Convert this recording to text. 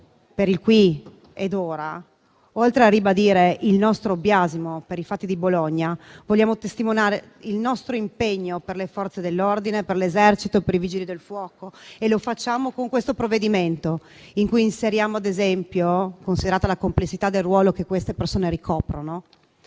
per il qui ed ora, oltre a ribadire il nostro biasimo per i fatti di Bologna, vogliamo testimoniare il nostro impegno per le Forze dell'ordine, per l'Esercito, per i Vigili del fuoco e lo facciamo con questo provvedimento, in cui inseriamo, ad esempio, considerata la complessità del ruolo che quelle persone ricoprono,